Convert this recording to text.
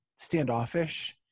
standoffish